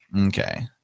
Okay